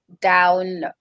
down